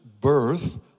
birth